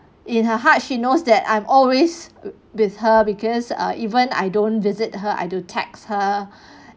in her heart she knows that I'm always with her because ah even I don't visit her I do text her